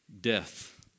Death